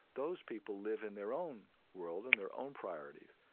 those people live in their own world and their own priorities,